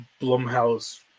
Blumhouse